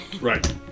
Right